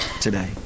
today